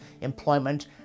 employment